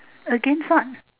against what